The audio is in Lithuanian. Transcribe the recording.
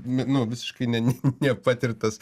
nu visiškai ne nepatirtas